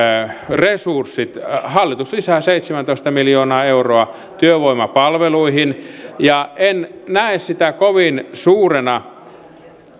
resurssit hallitus lisää seitsemäntoista miljoonaa euroa työvoimapalveluihin en näe sitä kovin suurena